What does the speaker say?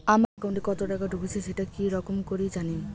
আমার একাউন্টে কতো টাকা ঢুকেছে সেটা কি রকম করি জানিম?